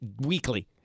weekly